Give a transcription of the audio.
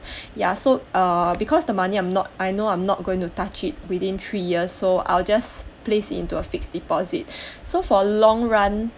ya so err because the money I am not I know I am not going to touch it within three years so I'll just place into a fixed deposit so for long run